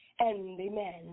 amen